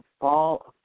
fall